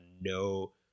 no